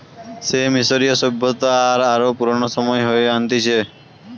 সে মিশরীয় সভ্যতা আর আরো পুরানো সময়ে হয়ে আনতিছে